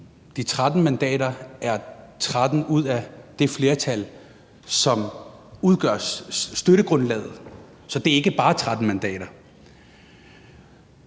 De 13 mandater er 13 ud af det flertal, som udgør støttegrundlaget. Så det er ikke bare 13 mandater.